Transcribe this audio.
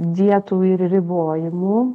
dietų ir ribojimų